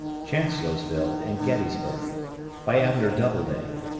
chancellorsville and gettysburg by abner doubleday